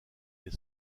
les